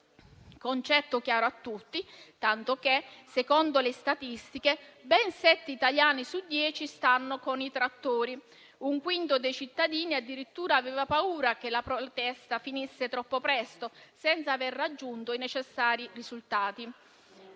concetto chiaro a tutti, tanto che - secondo le statistiche - ben sette italiani su dieci stanno con i trattori; un quinto dei cittadini addirittura aveva paura che la protesta finisse troppo presto, senza aver raggiunto i necessari risultati.